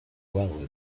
well